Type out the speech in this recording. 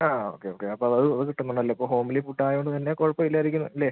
ആ okay okay അപ്പോൾ അത് കിട്ടും നല്ല ഇപ്പോൾ ഹോംലി ഫുഡായോണ്ട് തന്നെ കുഴപ്പമില്ലായിരിക്കും അല്ലേ